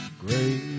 Great